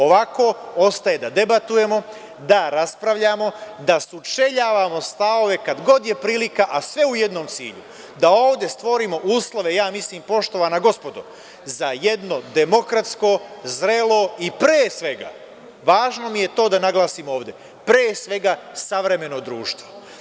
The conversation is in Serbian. Ovako ostaje da debatujemo, da raspravljamo, da sučeljavamo stavove kada god je prilika, a sve u jednom cilju, da ovde stvorimo uslove, ja mislim poštovana gospodo, za jedno demokratsko, zrelo i pre svega važno mi je to da naglasim ovde, pre svega, savremeno društvo.